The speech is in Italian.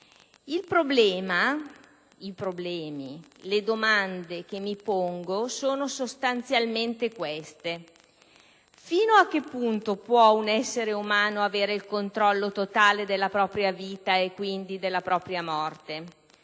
un bene indisponibile. Le domande che mi pongo sono sostanzialmente queste: fino a che punto può un essere umano avere il controllo totale della propria vita e quindi della propria morte?